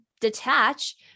detach